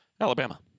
Alabama